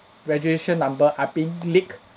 registration number are being leaked